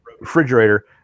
refrigerator